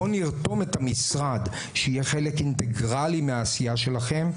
בואו נרתום את המשרד שיהיה חלק אינטגרלי מהעשייה שלכם.